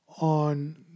on